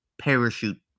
parachute